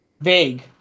vague